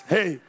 Hey